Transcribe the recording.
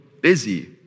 busy